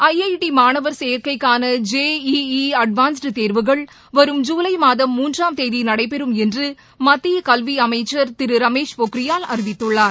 ஜஜடி மாணவர் சேர்க்கைக்கான தேஇஇ அன்வான்ஸ்டு தேர்வுகள் வரும் ஜூலை மூன்றாம் தேதி நடைபெறும் என்று மத்திய கல்வித்துறை அமைச்சர் திரு ரமேஷ் பொக்ரியால் அறிவித்துள்ளார்